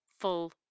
full